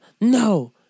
no